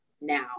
now